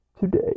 today